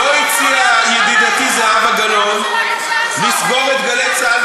לא הציעה ידידתי זהבה גלאון לסגור את "גלי צה"ל",